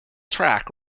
track